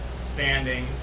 standing